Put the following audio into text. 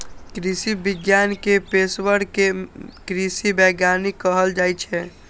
कृषि विज्ञान के पेशवर कें कृषि वैज्ञानिक कहल जाइ छै